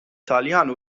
taljan